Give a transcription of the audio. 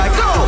go